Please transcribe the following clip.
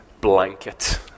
Blanket